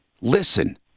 listen